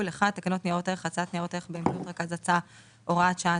1.תקנות ניירות ערך (הצעת ניירות ערך באמצעות רכז הצעה)(הוראת שעה),